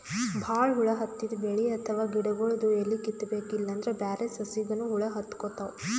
ಭಾಳ್ ಹುಳ ಹತ್ತಿದ್ ಬೆಳಿ ಅಥವಾ ಗಿಡಗೊಳ್ದು ಎಲಿ ಕಿತ್ತಬೇಕ್ ಇಲ್ಲಂದ್ರ ಬ್ಯಾರೆ ಸಸಿಗನೂ ಹುಳ ಹತ್ಕೊತಾವ್